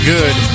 Good